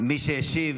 מי שהשיב.